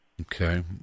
Okay